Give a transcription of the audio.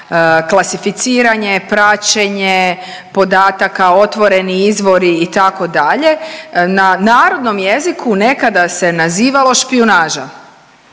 klasificiranje, praćenje podataka, otvoreni izvori, itd., na narodnom jeziku nekada se nazivalo špijunaža.